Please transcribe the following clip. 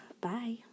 Bye